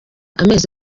amezi